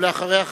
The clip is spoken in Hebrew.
ואחריה,